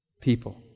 people